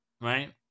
right